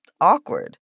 awkward